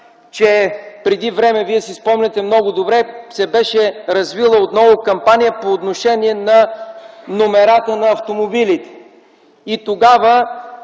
че преди време – Вие си спомняте много добре, се беше развила отново кампания - по отношение номерата на автомобилите. Тогава